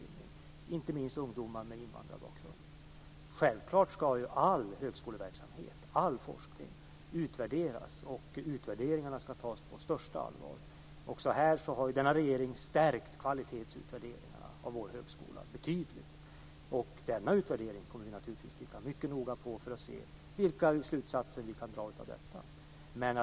Det gäller inte minst ungdomar med invandrarbakgrund. Självklart ska all högskoleverksamhet och forskning utvärderas. Utvärderingarna ska tas på största allvar. Denna regering har stärkt kvalitetsutvärderingarna av vår högskola betydligt. Vi kommer naturligtvis att titta mycket noga på denna utvärdering för att se vilka slutsatser vi kan dra av detta.